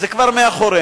זה כבר מאחורינו.